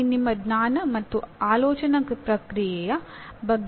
ಇಲ್ಲಿ ನಿಮ್ಮ ಜ್ಞಾನ ಮತ್ತು ಆಲೋಚನಾ ಪ್ರಕ್ರಿಯೆಯ ಬಗ್ಗೆ ನಿಮಗೆ ತಿಳಿದಿರುತ್ತದೆ